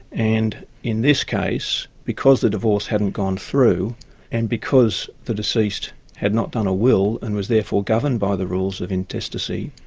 and in this case because the divorce hadn't gone through and because the deceased had not done a will and was therefore governed by the rules of intestacy,